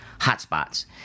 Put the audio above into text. hotspots